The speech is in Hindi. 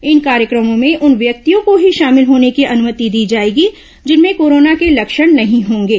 इन कार्यक्रमों में उन व्यक्तियों को ही शामिल होने की अनुमति दी जाएगी जिनमें कोरोना के लक्षण नहीं होंगे